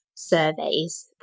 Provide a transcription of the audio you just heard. surveys